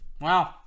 Wow